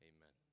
Amen